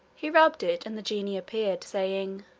he rubbed it, and the genie appeared, saying,